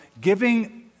giving